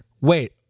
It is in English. wait